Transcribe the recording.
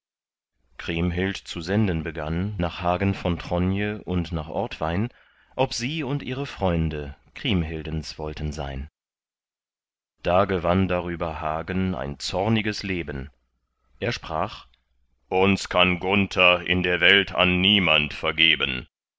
kriemhild zu senden begann nach hagen von tronje und nach ortwein ob sie und ihre freunde kriemhildens wollten sein da gewann darüber hagen ein zorniges leben er sprach uns kann gunther in der welt an niemand vergeben